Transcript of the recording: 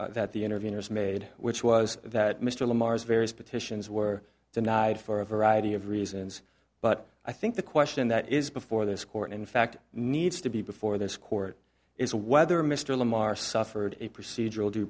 point that the interviewers made which was that mr lamar's various petitions were denied for a variety of reasons but i think the question that is before this court in fact needs to be before this court is whether mr lamar suffered a procedural due